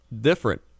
different